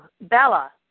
Bella